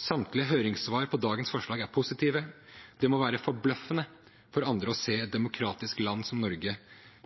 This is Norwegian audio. Samtlige høringssvar på dagens forslag er positive. Det må være forbløffende for andre å se et demokratisk land som Norge